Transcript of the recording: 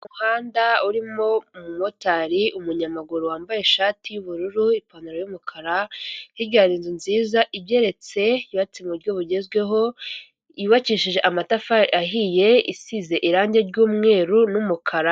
Umuhanda urimo umumotari, umunyamaguru wambaye ishati y'ubururu, ipantaro y'umukara, hirya hari inzu nziza igeretse, yubatse mu buryo bugezweho, yubakishije amatafari ahiye, isize irangi ry'umweru n'umukara.